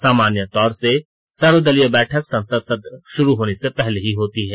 सामान्य तौर से सर्वदलीय बैठक संसद सत्र शुरू होने से पहले ही होती रही है